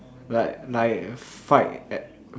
like my fight at